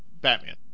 Batman